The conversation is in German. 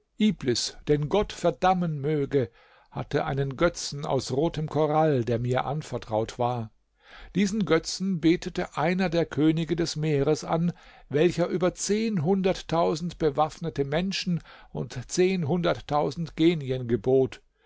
den gott verdammen möge hatte einen götzen aus rotem korall der mir anvertraut war diesen götzen betete einer der könige des meeres an welcher über zehnhunderttausend bewaffnete menschen und zehnhunderttausend genien gebot